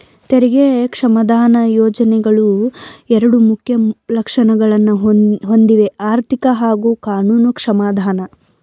ತೆರಿಗೆ ಕ್ಷಮಾದಾನ ಯೋಜ್ನೆಗಳು ಎರಡು ಮುಖ್ಯ ಲಕ್ಷಣಗಳನ್ನ ಹೊಂದಿವೆಆರ್ಥಿಕ ಹಾಗೂ ಕಾನೂನು ಕ್ಷಮಾದಾನ